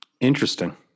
Interesting